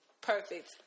Perfect